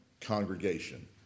congregation